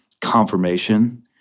confirmation